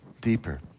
deeper